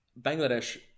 Bangladesh